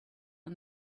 and